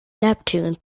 neptune